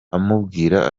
amubwira